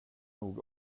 nog